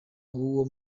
w’uwo